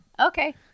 okay